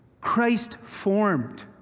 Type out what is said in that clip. Christ-formed